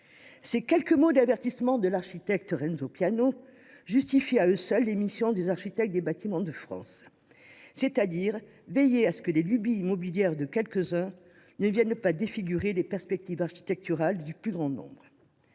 Ces quelques mots d’avertissement de l’architecte Renzo Piano justifient à eux seuls les missions des architectes des Bâtiments de France : veiller à ce que les lubies immobilières de quelques uns ne défigurent pas les perspectives architecturales du plus grand nombre.